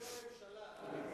איפה ציפי חוטובלי, לא כאן?